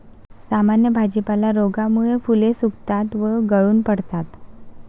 सामान्य भाजीपाला रोगामुळे फुले सुकतात व गळून पडतात